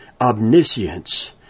omniscience